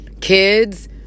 kids